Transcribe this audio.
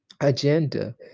agenda